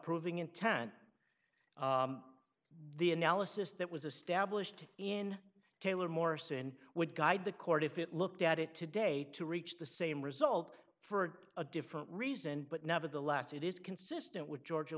proving intent the analysis that was established in taylor morrison would guide the court if it looked at it today to reach the same result for a different reason but nevertheless it is consistent with georgia